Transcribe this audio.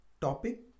Topic